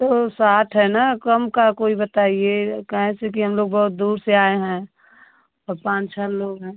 तो साठ है ना कम का कोइ बताइए क्योंकि हम लोग बहुत दूर से आए हैं अर पांच छः लोग हैं